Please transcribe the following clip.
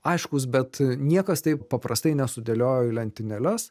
aiškus bet niekas taip paprastai nesudėliojo į lentynėles